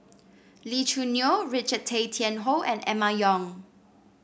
Lee Choo Neo Richard Tay Tian Hoe and Emma Yong